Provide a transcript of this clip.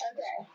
Okay